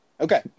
Okay